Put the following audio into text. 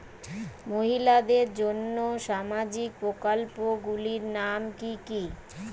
মহিলাদের জন্য সামাজিক প্রকল্প গুলির নাম কি কি?